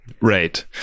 right